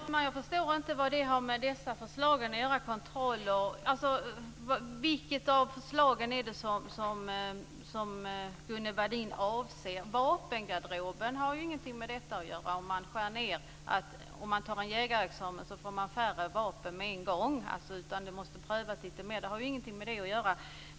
Herr talman! Jag förstår inte vad det har med dessa förslag att göra. Vilket av förslagen är det som Gunnel Wallin avser? Vapengarderoben har ju inte något med detta göra, dvs. att om man tar en jägarexamen så får man ha färre vapen med en gång, att det får prövas lite mer. Det har ju ingenting med det att göra.